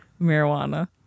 Marijuana